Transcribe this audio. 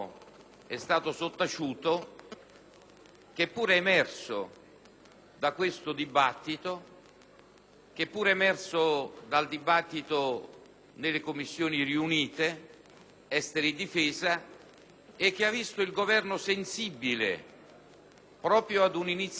che pure è emerso da questo dibattito e dal dibattito nelle Commissioni riunite affari esteri e difesa, e che ha visto il Governo sensibile proprio ad un'iniziativa di carattere parlamentare;